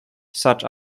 such